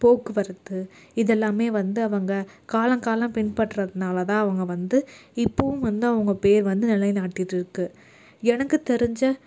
போக்குவரத்து இது எல்லாமே வந்து அவங்க காலம் காலம் பின்பற்றாதுனால் தான் அவங்க வந்து இப்பவும் வந்து அவங்க பேர் வந்து நிலைநாட்டிட்டு இருக்குது எனக்கு தெரிஞ்ச